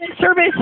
service